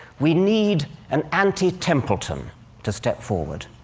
we need an anti-templeton to step forward.